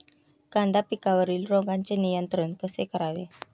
कांदा पिकावरील रोगांचे नियंत्रण कसे करावे?